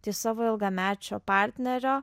tai savo ilgamečio partnerio